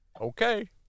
okay